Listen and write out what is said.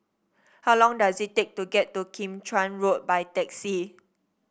how long does it take to get to Kim Chuan Road by taxi